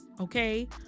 Okay